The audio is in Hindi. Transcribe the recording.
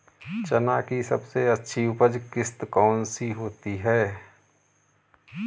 चना की सबसे अच्छी उपज किश्त कौन सी होती है?